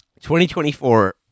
2024